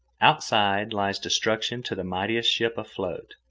outside lies destruction to the mightiest ship afloat.